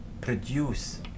produce